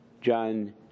John